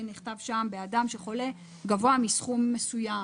שנכתב שם באדם שחולה גבוה מסכום מסוים,